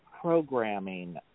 programming